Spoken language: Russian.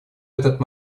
этот